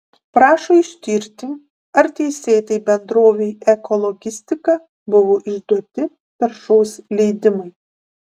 prašo ištirti ar teisėtai bendrovei ekologistika buvo išduoti taršos leidimai